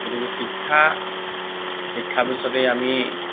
গতিকে শিক্ষা শিক্ষাৰ পিছতেই আমি